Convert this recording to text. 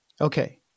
Okay